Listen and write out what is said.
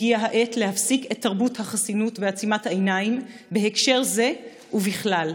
הגיעה העת להפסיק את תרבות החסינות ועצימת העיניים בהקשר זה ובכלל.